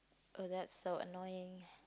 oh that's so annoying